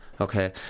okay